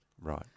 Right